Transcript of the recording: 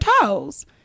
toes